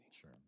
Sure